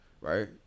right